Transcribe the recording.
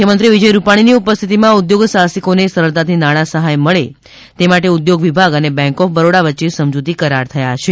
મુખ્યમંત્રી વિજય રૂપાણી ઉપસ્થિતીમાં ઉદ્યોગસાહસિકોને સરળતાથી નાણાં સહાય મળે તે માટે ઉદ્યોગ વિભાગ અને બેંક ઓફ બરોડા વચ્ચે સમજૂતી કરાર થયાં છે